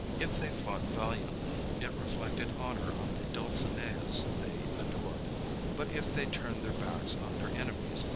if they fought valiantly, it reflected honor on the dulcineas they adored but if they turned their backs on their enemies,